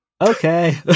Okay